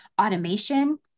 automation